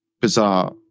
bizarre